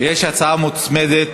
יש הצעה מוצמדת